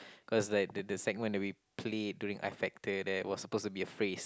cause like the the segment that we played during I Factor there was supposed to be a phrase